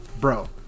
bro